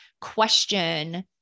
question